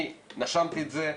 אני נשמתי את זה,